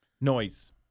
Noise